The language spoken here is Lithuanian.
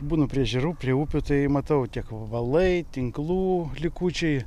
būnu prie ežerų prie upių tai matau tiek valai tinklų likučiai